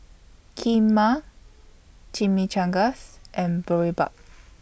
Kheema Chimichangas and Boribap